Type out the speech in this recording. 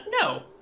no